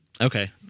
Okay